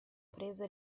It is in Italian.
preso